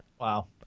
Wow